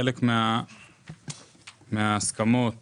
בחלק מההסכמות